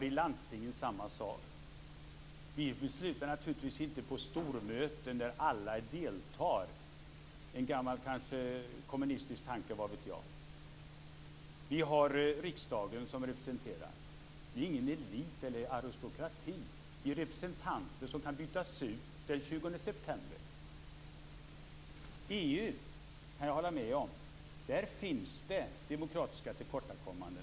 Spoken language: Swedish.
I landstinget är det samma sak. Besluten sker naturligtvis inte på stormöten där alla deltar - en gammal kommunistisk tanke, vad vet jag. Vi har riksdagen med representanter. Det är ingen elit eller aristokrati. Det är representanter som kan bytas ut den 20 september. Jag kan hålla med om att det finns demokratiska tillkortakommanden i EU.